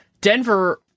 Denver